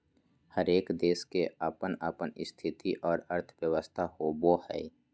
हरेक देश के अपन अपन स्थिति और अर्थव्यवस्था होवो हय